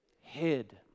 hid